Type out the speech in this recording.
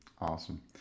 Awesome